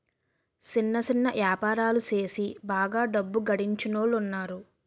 సిన్న సిన్న యాపారాలు సేసి బాగా డబ్బు గడించినోలున్నారు